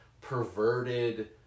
perverted